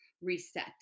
reset